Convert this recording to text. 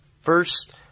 First